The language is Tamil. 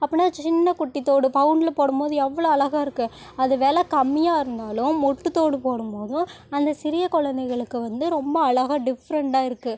அப்படின்னா சின்ன குட்டி தோடு பவுனில் போடும் போது எவ்வளோ அழகாக இருக்குது அது வெலை கம்மியாக இருந்தாலும் மொட்டு தோடு போடும் போதும் அந்த சிறிய குழந்தைங்களுக்கு வந்து ரொம்ப அழகாக டிஃப்ரெண்டாக இருக்குது